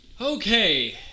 Okay